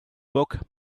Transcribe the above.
book